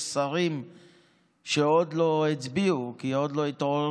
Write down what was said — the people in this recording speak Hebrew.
יש שרים שעוד לא הצביעו כי עוד לא התעוררו,